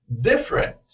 different